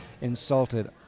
insulted